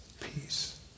peace